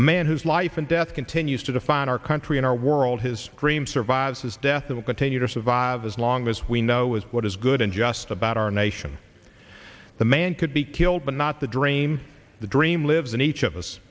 a man whose life and death continues to define our country and our world his dream survives his death will continue to survive as long as we know is what is good and just about our nation the man could be killed but not the dream the dream lives in each of us